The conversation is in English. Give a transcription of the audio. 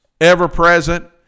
ever-present